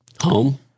Home